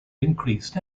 increased